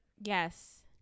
yes